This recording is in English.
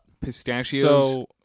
pistachios